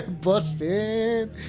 busting